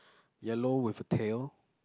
yellow with tail